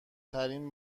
ترین